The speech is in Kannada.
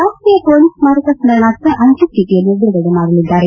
ರಾಷ್ಗೀಯ ಪೊಲೀಸ್ ಸ್ನಾರಕ ಸ್ನರಣಾರ್ಥ ಅಂಚೆಚೀಟಿಯನ್ನು ಬಿಡುಗಡೆ ಮಾಡಲಿದ್ದಾರೆ